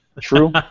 True